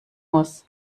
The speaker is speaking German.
muss